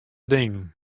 dingen